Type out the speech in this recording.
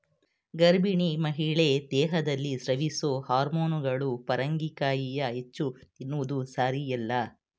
ಗರ್ಭಿಣಿ ಮಹಿಳೆ ದೇಹದಲ್ಲಿ ಸ್ರವಿಸೊ ಹಾರ್ಮೋನುಗಳು ಪರಂಗಿಕಾಯಿಯ ಹೆಚ್ಚು ತಿನ್ನುವುದು ಸಾರಿಯಲ್ಲ